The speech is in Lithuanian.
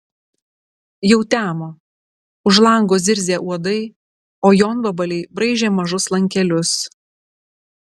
jau temo už lango zirzė uodai o jonvabaliai braižė mažus lankelius